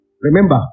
Remember